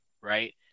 right